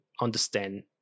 understand